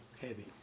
heavy